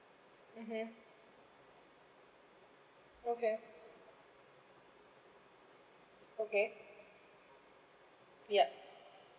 mmhmm okay okay yup